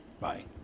Bye